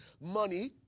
money